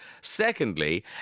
Secondly